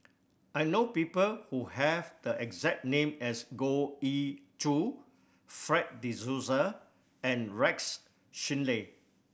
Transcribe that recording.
I know people who have the exact name as Goh Ee Choo Fred De Souza and Rex Shelley